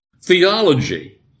theology